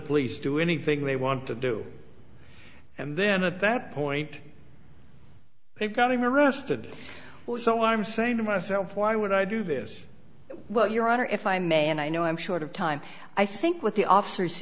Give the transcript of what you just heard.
police do anything they want to do and then at that point they got him arrested well so i'm saying to myself why would i do this while your honor if i may and i know i'm short of time i think with the officers